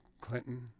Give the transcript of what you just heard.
Clinton